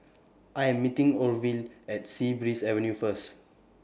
I Am meeting Orvil At Sea Breeze Avenue First